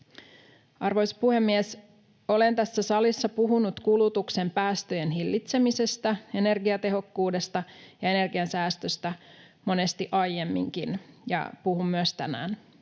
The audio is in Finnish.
Arvoisa puhemies! Olen tässä salissa puhunut kulutuksen päästöjen hillitsemisestä, energiatehokkuudesta ja energiansäästöstä monesti aiemminkin, ja puhun myös tänään.